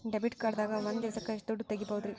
Debit card ದಾಗ ಒಂದ್ ದಿವಸಕ್ಕ ಎಷ್ಟು ದುಡ್ಡ ತೆಗಿಬಹುದ್ರಿ?